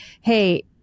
hey